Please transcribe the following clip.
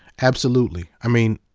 absolutely, i mean,